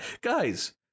Guys